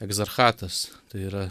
egzarchas tai yra